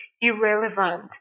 irrelevant